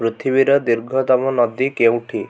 ପୃଥିବୀର ଦୀର୍ଘତମ ନଦୀ କେଉଁଠି